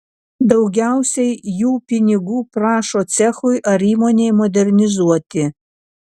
daugiausiai jų pinigų prašo cechui ar įmonei modernizuoti